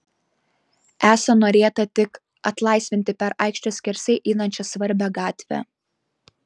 esą norėta tik atlaisvinti per aikštę skersai einančią svarbią gatvę